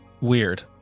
weird